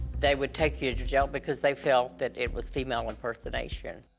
they would take you to jail because they felt that it was female impersonation.